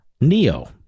Neo